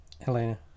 Helena